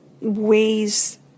ways